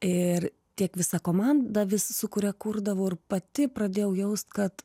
ir tiek visa komanda vis sukuria kurdavo ir pati pradėjau jaust kad